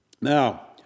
Now